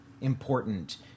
important